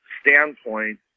standpoint